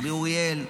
רבי אוריאל,